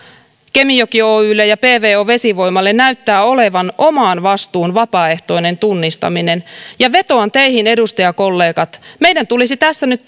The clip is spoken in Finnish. kemijoki oylle ja pvo vesivoimalle näyttää olevan oman vastuun vapaaehtoinen tunnistaminen vetoan teihin edustajakollegat meidän tulisi tässä nyt